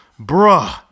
Bruh